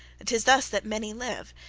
tis thus that many live,